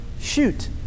shoot